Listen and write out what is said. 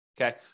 okay